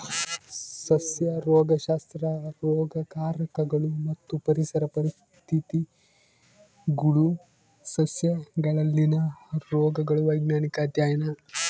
ಸಸ್ಯ ರೋಗಶಾಸ್ತ್ರ ರೋಗಕಾರಕಗಳು ಮತ್ತು ಪರಿಸರ ಪರಿಸ್ಥಿತಿಗುಳು ಸಸ್ಯಗಳಲ್ಲಿನ ರೋಗಗಳ ವೈಜ್ಞಾನಿಕ ಅಧ್ಯಯನ